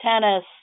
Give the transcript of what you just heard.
tennis